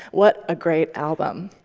what a great album.